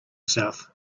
south